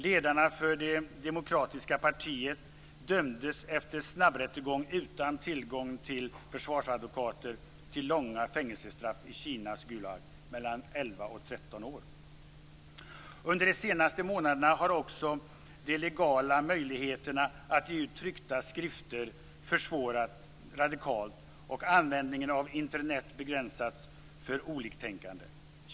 Ledarna för det demokratiska partiet dömdes efter snabbrättegång, utan tillgång till försvarsadvokater, till långa fängelsestraff i Kinas Gulag Under de senaste månaderna har också de legala möjligheterna att ge ut tryckta skrifter försvårats radikalt och användningen av Internet begränsats för oliktänkande.